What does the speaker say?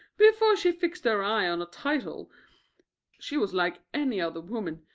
before she fixed her eye on a title she was like any other woman,